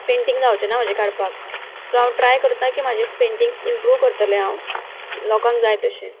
painting जावचें ना म्हजें काडपाक सो हांव ट्राय करता की म्हजें पेंटिंग्स इमप्रूव करतलें हांव लोकांक जाय तशें